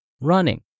running